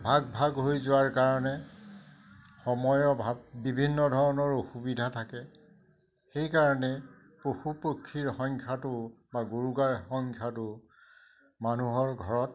ভাগ ভাগ হৈ যোৱাৰ কাৰণে সময়ৰ অভাৱ বিভিন্ন ধৰণৰ অসুবিধা থাকে সেইকাৰণে পশু পক্ষীৰ সংখ্যাটো বা গৰু গাইৰ সংখ্যাটো মানুহৰ ঘৰত